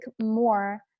more